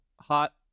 hot